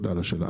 תודה על השאלה.